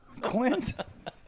Quint